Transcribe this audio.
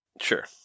Sure